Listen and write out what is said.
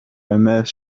immerse